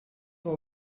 pas